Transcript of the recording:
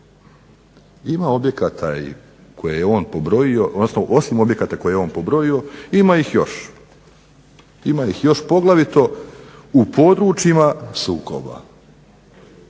Ima objekata i koje je on pobrojio, odnosno osim objekata koje je on pobrojio ima ih još. Ima ih još poglavito u područjima sukoba,